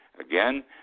Again